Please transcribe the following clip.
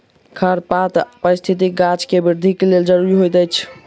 खरपात पारिस्थितिकी गाछ के वृद्धि के लेल ज़रूरी होइत अछि